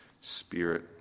spirit